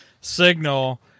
Signal